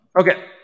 Okay